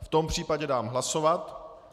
V tom případě dám hlasovat.